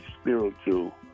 spiritual